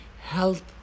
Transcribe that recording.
health